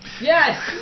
Yes